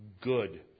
good